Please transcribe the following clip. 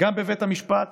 גם בבית המשפט